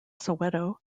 soweto